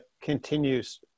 continues